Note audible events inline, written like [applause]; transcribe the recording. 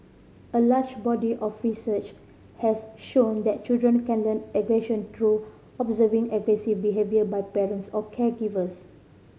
a large body of research has shown that children can learn aggression [unintelligible] observing aggressive behaviour by parents or caregivers